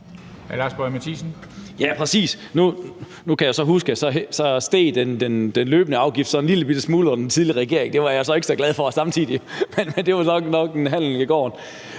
Ja, præcis. Nu kan jeg huske, at så steg den løbende afgift en lillebitte smule under den tidligere regering samtidig. Det var jeg ikke så glad for. Men det var nok en handel i gården.